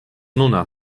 nuna